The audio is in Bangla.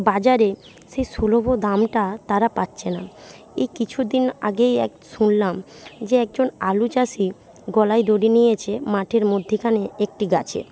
বাজারে সে সুলভ দামটা তারা পাচ্ছে না এই কিছুদিন আগেই এক শুনলাম যে একজন আলু চাষি গলায় দড়ি নিয়েছে মাঠের মধ্যেখানে একটি গাছে